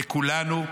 לכולנו,